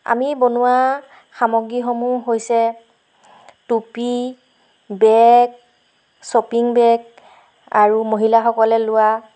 আমি বনোৱা সামগ্ৰীসমূহ হৈছে টুপী বেগ শ্বপিং বেগ আৰু মহিলাসকলে লোৱা